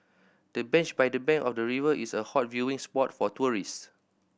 the bench by the bank of the river is a hot viewing spot for tourist